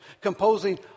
composing